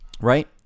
right